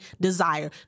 desire